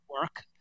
work